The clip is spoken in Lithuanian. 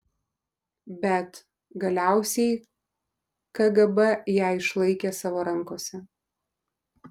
bet galiausiai kgb ją išlaikė savo rankose